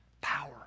power